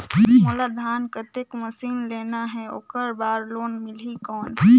मोला धान कतेक मशीन लेना हे ओकर बार लोन मिलही कौन?